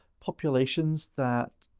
populations that